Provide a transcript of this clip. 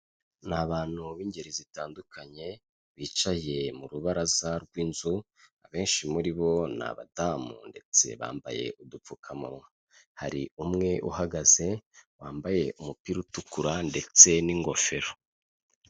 Ni abantu b'ingeri zitandukanye, bicaye mu rubaraza rw'inzu, abenshi muri bo ni abadamu ndetse bambaye udupfukamunwa. Hari umwe uhagaze, wambaye umupira utukura ndetse n'ingofero.